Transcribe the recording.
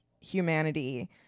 humanity